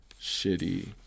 shitty